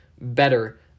better